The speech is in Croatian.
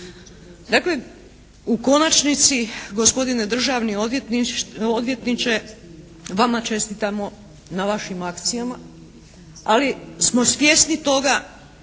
Dakle, u konačnici gospodine državni odvjetniče, vama čestitamo na vašim akcijama, ali smo svjesni toga